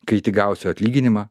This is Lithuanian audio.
kai tik gausiu atlyginimą